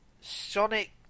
Sonic